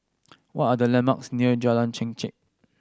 what are the landmarks near Jalan Chengkek